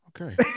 Okay